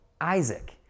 Isaac